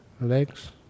legs